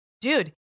Dude